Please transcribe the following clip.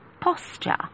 posture